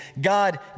God